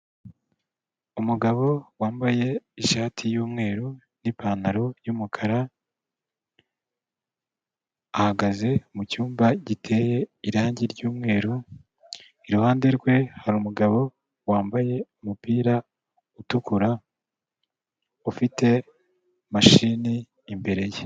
Umugabo wambaye ishati y'umweru n'ipantaro y'umukara, ahagaze mu cyumba giteye irangi ry'umweru, iruhande rwe hari umugabo wambaye umupira utukura ufite mashini imbere ye.